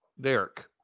Derek